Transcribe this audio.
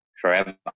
forever